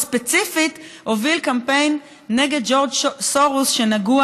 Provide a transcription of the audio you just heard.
וספציפית הוביל קמפיין נגד ג'ורג' סורוס שנגוע